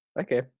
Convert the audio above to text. Okay